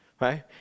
right